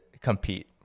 compete